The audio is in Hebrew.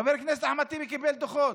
חבר הכנסת אחמד טיבי קיבל דוחות,